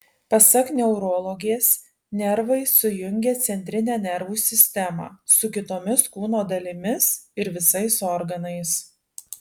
pasak neurologės nervai sujungia centrinę nervų sistemą su kitomis kūno dalimis ir visais organais